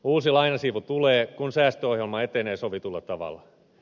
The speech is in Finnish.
uusi lainasiivu tulee kun säästöohjelma etenee sovitulla tavalla